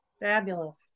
fabulous